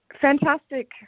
fantastic